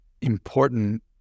important